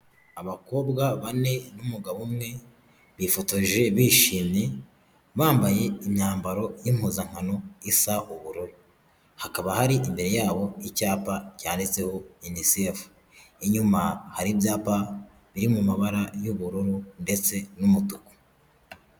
Abakobwa bane n'umugabo umwe bifotoje bishimye, bambaye imyambaro y'impozankano isa ubururu hakaba hari imbere yabo icyapa cyanditseho inisefu inyuma hari ibyapa biri mu mabara y'ubururu ndetse n'umutuku.